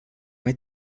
mai